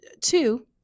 two